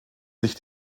sich